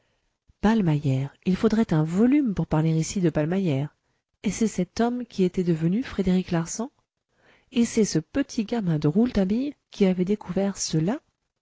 ballmeyer il faudrait un volume pour parler ici de ballmeyer et c'est cet homme qui était devenu frédéric larsan et c'est ce petit gamin de rouletabille qui avait découvert cela